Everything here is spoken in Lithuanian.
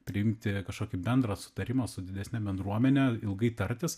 priimti kažkokį bendrą sutarimą su didesne bendruomene ilgai tartis